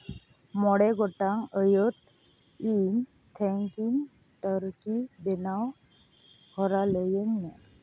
ᱢᱚᱬᱮ ᱜᱚᱴᱟᱝ ᱟᱹᱭᱟᱹᱛ ᱤᱧ ᱛᱷᱮᱝᱠᱤᱱ ᱴᱟᱨᱠᱤᱱ ᱵᱮᱱᱟᱣ ᱦᱚᱨᱟ ᱞᱟᱹᱭᱟᱹᱧ ᱢᱮ